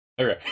Okay